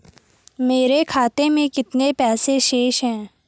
मेरे खाते में कितने पैसे शेष हैं?